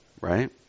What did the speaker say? right